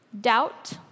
Doubt